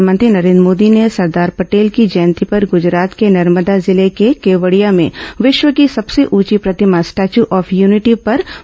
प्रधानमंत्री नरेन्द्र मोदी ने सरदार पटेल की जयंती पर गुजरात के नर्मदा जिले में केवडिया में विश्व की सबसे ऊंची प्रतिमा स्टेच्यू ऑफ यनिटी पर पृष्यांजलि अर्थित की